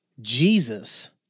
Jesus